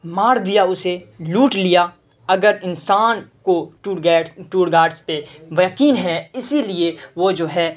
مار دیا اسے لوٹ لیا اگر انسان کو ٹور گائڈس ٹور گائڈس پہ یقین ہے اسی لیے وہ جو ہے